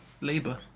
labour